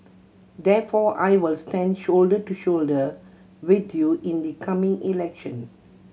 therefore I will stand shoulder to shoulder with you in the coming election